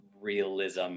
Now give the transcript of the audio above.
realism